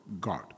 God